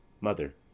Mother